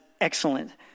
excellent